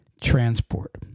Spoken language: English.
transport